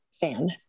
fan